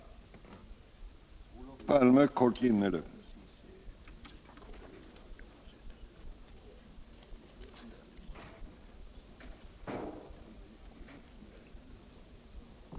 Radions och televislionens fortsatta